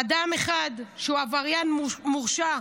אדם אחד, שהוא עבריין מורשע,